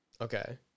Okay